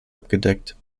abgedeckt